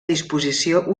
disposició